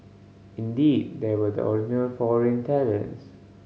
indeed they were the original foreign talents